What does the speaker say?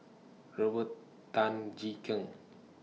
Robert Tan Jee Keng